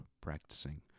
practicing